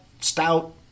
stout